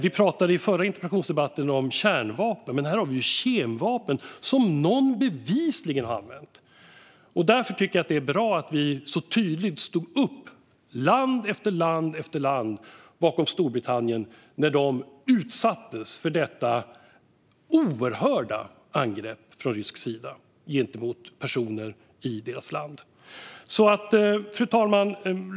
I den förra interpellationsdebatten talade vi om kärnvapen. Men här är det kemvapen, som någon bevisligen har använt. Därför är det bra att vi, land efter land, tydligt stod upp bakom Storbritannien när de utsattes för detta oerhörda angrepp från rysk sida gentemot personer i deras land. Fru talman!